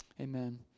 Amen